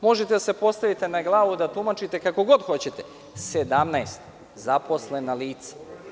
Možete da se postavite na glavu i da tumačite kako god hoćete, član 17. zaposlena lica.